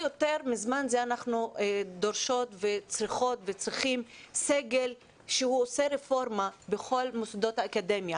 אנחנו צריכים סגל שעושה רפורמה בכל מוסדות האקדמיה.